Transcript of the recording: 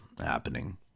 happening